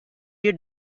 you